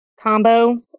combo